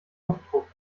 luftdruck